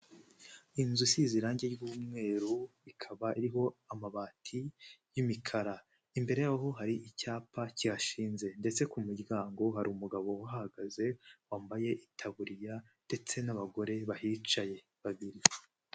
Inzu isize irangi ry'umweru. Ikaba iriho amabati y'imikara. Imbere yaho hari icyapa kihashinze ndetse ku muryango hari umugabo uhagaze wambaye itaburiya ndetse n'abagore bahicaye babiri.